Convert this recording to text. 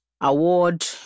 award